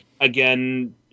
again